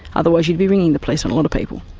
otherwise you'd be ringing the police on a lot of people.